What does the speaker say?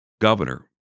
governor